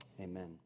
Amen